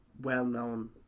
well-known